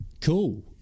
Cool